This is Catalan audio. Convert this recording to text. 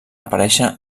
aparèixer